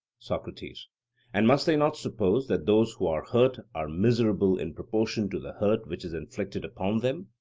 socrates and must they not suppose that those who are hurt are miserable in proportion to the hurt which is inflicted upon them?